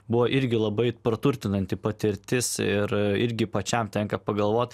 buvo irgi labai praturtinanti patirtis ir irgi pačiam tenka pagalvot